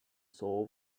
soul